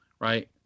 right